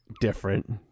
different